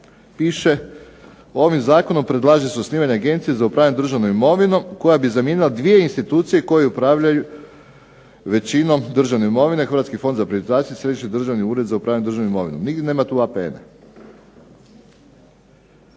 piše ovim zakonom predlaže se osnivanje Agencije za upravljanje državnom imovinom, koja bi zamijenila dvije institucije koje upravljaju većinom državne imovine Hrvatski fond za privatizaciju, Središnji državni ured za upravljanje državnom imovinom. Nigdje nema tu APN-e.